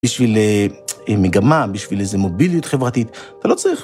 בשביל מגמה, בשביל איזו מוביליות חברתית, אתה לא צריך...